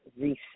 reset